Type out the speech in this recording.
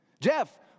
Jeff